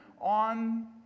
on